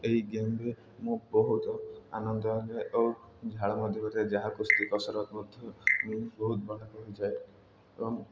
ଏହି ଗେମ୍ରେ ମୁଁ ବହୁତ ଆନନ୍ଦ ଲାଗେ ଓ ଝାଳ ମଧ୍ୟ ହୋଇଥାଏ ଯାହା କୁସ୍ତି କସରତ ମଧ୍ୟ ମୁଁ ବହୁତ ବଡ଼କୁ ଯାଏ ଏବଂ